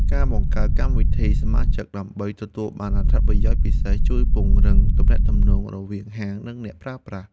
ការបង្កើតកម្មវិធីសមាជិកដើម្បីទទួលបានអត្ថប្រយោជន៍ពិសេសជួយពង្រឹងទំនាក់ទំនងរវាងហាងនិងអ្នកប្រើប្រាស់។